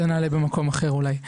את זה אני אעלה במקום אחר אולי.